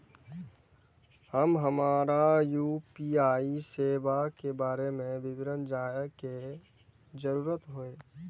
जब हमरा यू.पी.आई सेवा के बारे में विवरण जानय के जरुरत होय?